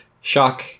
Shock